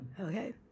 Okay